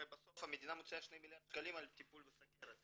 הרי בסוף המדינה מוציאה 2 מיליארד שקלים על טיפול בסוכרת.